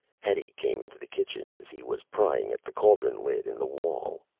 hetty came into the kitchen as he was prying at the cauldron lid in the wall.